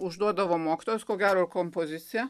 užduodavo mokytojas ko gero kompoziciją